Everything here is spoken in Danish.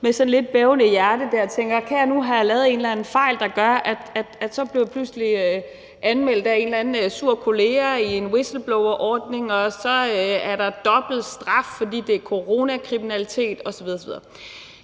med sådan lidt bævende hjerte og tænker: Kan jeg nu have lavet en eller anden fejl, der gør, at jeg pludselig bliver anmeldt af en eller anden sur kollega i en whistleblowerordning, og så er der dobbelt straf, fordi der er tale om coronakriminalitet, osv.